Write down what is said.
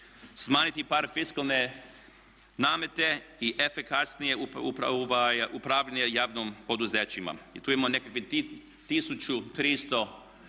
Smanjiti ćemo namete i efikasnije upravljati javnim poduzećima. I tu imamo nekakvih 1300 firmi